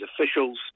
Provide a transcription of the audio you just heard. officials